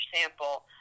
sample